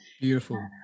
beautiful